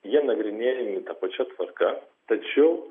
jie nagrinėjami ta pačia tvarka tačiau